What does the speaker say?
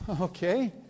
okay